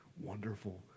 wonderful